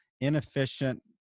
inefficient